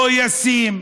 לא ישים,